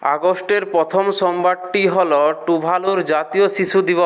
আগস্টের প্রথম সোমবারটি হল টুভালুর জাতীয় শিশু দিবস